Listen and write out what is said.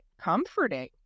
comforting